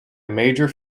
major